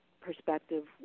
perspective